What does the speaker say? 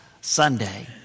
Sunday